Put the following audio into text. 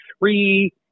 three